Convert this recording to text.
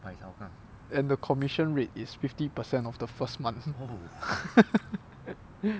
and the commission rate is fifty percent of the first month